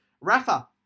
Rafa